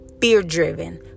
fear-driven